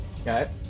Okay